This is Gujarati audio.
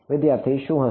વિદ્યાર્થી શું હશે